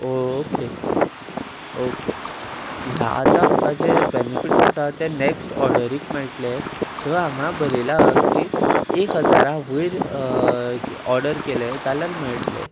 okay okay या आतां म्हाका जे बेनिफिट्स आसा ते नॅक्स्ट ऑर्डरीक मेळटले थंय हांगा बरयलां की एक हजारा वयर ऑर्डर केले जाल्यार मेळटले